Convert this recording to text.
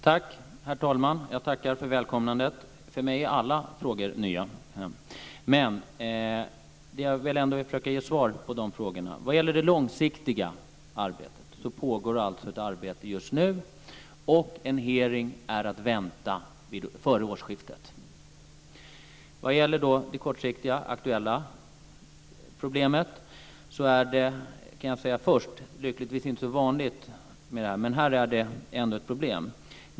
Herr talman! Jag tackar för välkomnandet. För mig är alla frågor nya, men jag ska ändå försöka ge svar på frågorna. Vad gäller de långsiktiga frågorna pågår ett arbete just nu, och en hearing är att vänta före årsskiftet. Sedan var det det kortsiktiga aktuella problemet. Det är lyckligtvis inte så vanligt med det problemet, men här har vi ett problem.